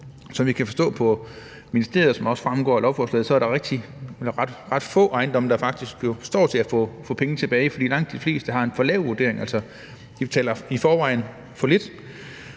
som vi kan forstå på ministeriet og som det også fremgår af lovforslaget, er der jo ret få ejendomme, der står til faktisk at få penge tilbage, fordi langt de fleste har en for lav vurdering – altså de betaler i forvejen for lidt.